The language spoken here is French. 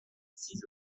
six